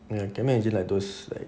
ya I can imagine like those like